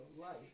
life